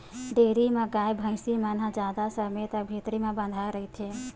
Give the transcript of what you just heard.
dairy म गाय, भइसी मन ह जादा समे तक भीतरी म बंधाए रहिथे